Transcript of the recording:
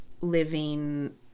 living